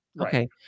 Okay